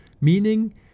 meaning